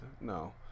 No